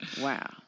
Wow